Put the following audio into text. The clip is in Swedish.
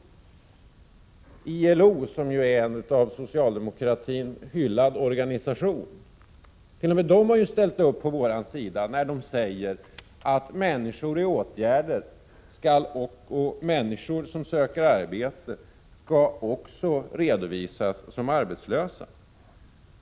T. o. m. ILO, som ju är en av socialdemokratin hyllad organisation, har ju ställt upp på vår sida, när man uttalar att människor i arbetsmarknadspolitiska åtgärder och människor som söker arbete skall också redovisas som arbetslösa.